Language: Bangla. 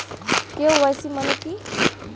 কে.ওয়াই.সি মানে কী?